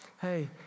hey